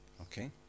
Okay